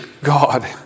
God